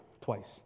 twice